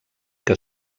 que